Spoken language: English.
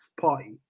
party